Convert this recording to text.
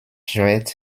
schwert